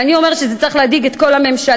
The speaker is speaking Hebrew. ואני אומרת שזה צריך להדאיג את כל הממשלה,